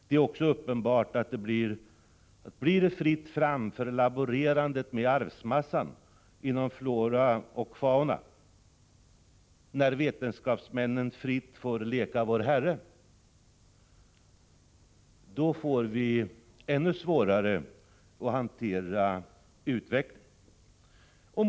Det är också uppenbart att om det blir fritt fram för laborerandet med arvsmassan inom flora och fauna, om vetenskapsmännen fritt får leka vår Herre, då får vi ännu svårare att hantera utvecklingen.